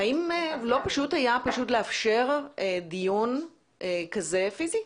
האם לא פשוט היה לאפשר דיון כזה באופן פיזי?